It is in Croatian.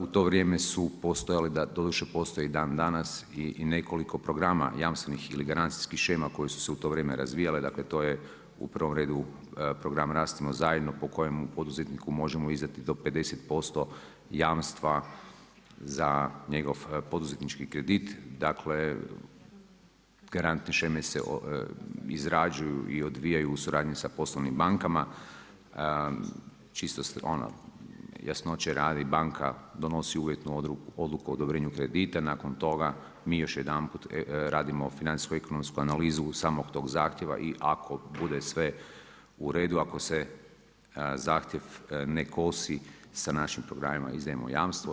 U to vrijeme su postojale, doduše postoji i dan danas i nekoliko programa jamstvenih ili garancijskih shema koje su se u to vrijeme razvijale, dakle to je u prvom redu program rastimo zajedno po kojemu poduzetniku možemo izdati do 50% jamstva za njegov poduzetnički kredit, garantne sheme se izrađuju i odvijaju u suradnji sa poslovnim bankama, čisto jasnoće radi banka donosi uvjetnu odluku o odobrenju kredita, nakon toga mi još jedanput radimo financijsko-ekonomsku analizu samog tog zahtjeva i ako bude sve uredu, ako se zahtjev ne kosi sa našim programima izdajemo jamstvo.